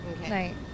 Right